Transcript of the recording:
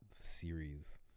series